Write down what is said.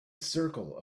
circle